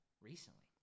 recently